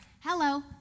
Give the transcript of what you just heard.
hello